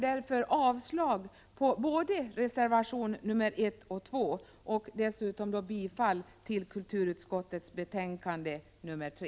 Jag yrkar avslag på reservationerna 1 och 2 och bifall till kulturutskottets hemställan i betänkande 3.